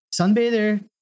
sunbather